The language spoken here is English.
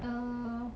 uh